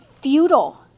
futile